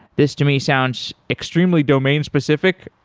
this to me sounds extremely domain-specific,